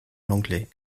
l’anglais